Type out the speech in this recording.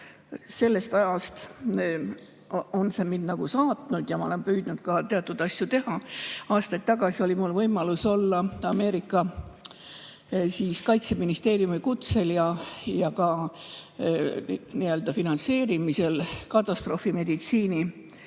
Sellest ajast on see mind saatnud ja ma olen püüdnud ka teatud asju teha. Aastaid tagasi oli mul võimalus osaleda Ameerika kaitseministeeriumi kutsel ja ka finantseerimisel katastroofimeditsiinikursustel.